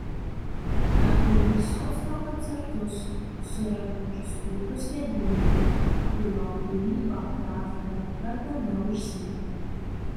apie vysockio koncertus surenkančius pulkus gerbėjų apie jo kūrybą pravda nė karto neužsiminė